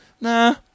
Nah